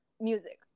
music